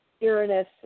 Uranus